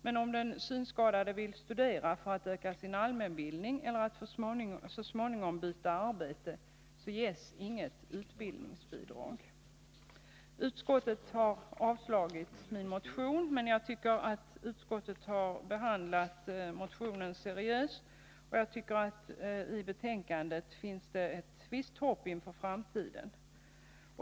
Men om den synskadade vill studera för att öka sin allmänbildning eller för att så småningom byta arbete ges inget Utskottet har avstyrkt min motion, men jag tycker att man har behandlat motionen seriöst och att skrivningen i betänkandet inger visst hopp inför framtiden.